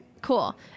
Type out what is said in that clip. Cool